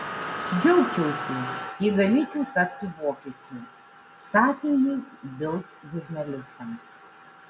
džiaugčiausi jei galėčiau tapti vokiečiu sakė jis bild žurnalistams